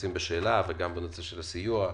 ליוצאים בשאלה, בנוגע לסיוע.